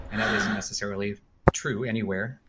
and that isn't necessarily true anywhere.